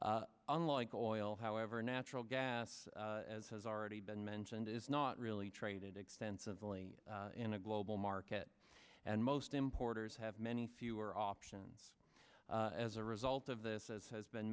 unlike oil however natural gas as has already been mentioned is not really traded extensively in a global market and most importers have many fewer options as a result of this as has been